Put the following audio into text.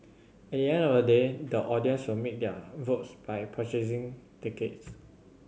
at the end of the day the audience will make their votes by purchasing tickets